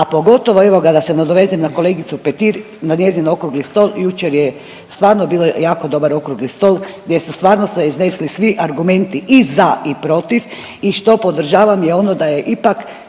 a pogotovo evo ga da se nadovežem na kolegicu Petir, na njezin okrugli stol. Jučer je stvarno bio jako dobar okrugli stol gdje ste stvarno ste iznesli svi argumenti i za i protiv i što podržavam je ono da je ipak